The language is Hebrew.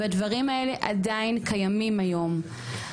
והדברים האלה עדיין קיימים היום.